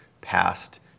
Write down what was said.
passed